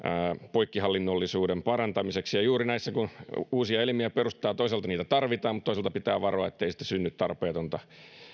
poikkihallinnollisuuden parantamiseksi ja juuri näissä kun uusia elimiä perustetaan toisaalta niitä tarvitaan mutta toisaalta pitää varoa ettei sitten synny tarpeetonta